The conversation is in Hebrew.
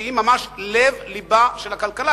שהיא ממש לב לבה של הכלכלה,